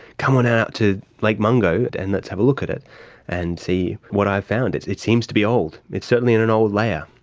come on out to lake mungo and let's have a look at it and see what i found. it seems to be old. it's certainly in an old layer.